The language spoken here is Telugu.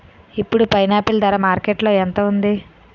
ఇప్పుడు పైనాపిల్ ధర మార్కెట్లో ఎంత ఉంది?